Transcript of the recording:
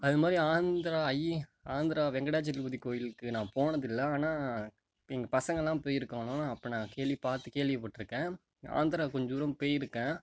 அது மாதிரி ஆந்திரா ஐய்ய ஆந்திரா வெங்கடாஜலபதி கோயிலுக்கு நான் போனதில்லை ஆனால் எங்கள் பசங்கெலாம் போயிருக்கானுவோ அப்போ நான் கேள்வி பார்த்து கேள்விப்பட்டிருக்கேன் ஆந்திராவுக்கு கொஞ்ச தூரம் போயிருக்கேன்